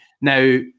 Now